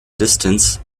distance